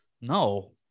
No